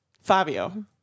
Fabio